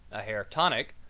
a hair tonic,